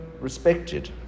respected